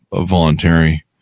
voluntary